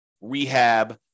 rehab